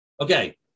Okay